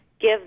give